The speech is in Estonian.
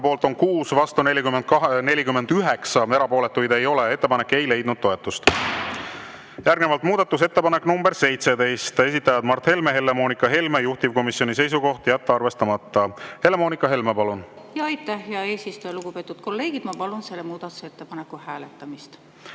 poolt on 6, vastu 43, erapooletuid ei ole. Ettepanek ei leidnud toetust. Järgnevalt muudatusettepanek nr 40, esitajad Mart Helme ja Helle-Moonika Helme, juhtivkomisjoni seisukoht on jätta arvestamata. Helle-Moonika Helme, palun! Aitäh, hea eesistuja! Ma palun selle muudatusettepaneku hääletamist.